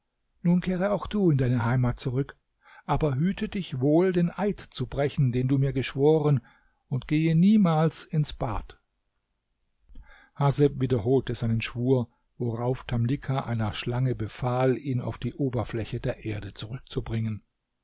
nun kehre auch du in deine heimat zurück aber hüte dich wohl den eid zu brechen den du mir geschworen und gehe niemals ins bad haseb wiederholte seinen schwur worauf tamlicha einer schlange befahl ihn auf die oberfläche der erde zurückzubringen